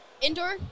indoor